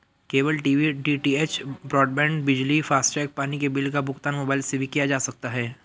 cable TV DTH, broadband, बिजली, FASTag, पानी के बिल का भुगतान मोबाइल से भी किया जा सकता है